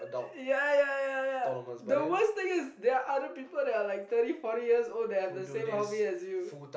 ya ya ya ya the worst thing is there are other people that are like thirty forty years old that have the same hobby as you